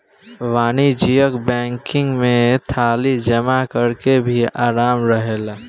वाणिज्यिक बैंकिंग में थाती जमा करेके भी आराम रहेला